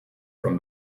from